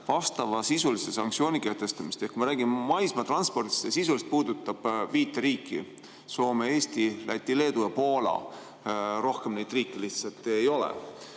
vastavasisulise sanktsiooni kehtestamist." Me räägime maismaatranspordist, see sisuliselt puudutab viit riiki: Soome, Eesti, Läti, Leedu ja Poola. Rohkem neid riike lihtsalt ei ole.